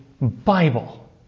Bible